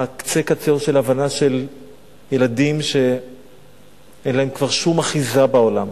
קצה קצה של הבנה של ילדים שאין להם כבר שום אחיזה בעולם.